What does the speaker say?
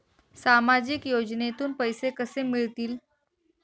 सामाजिक योजनेतून पैसे कसे मिळतील?